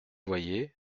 voyez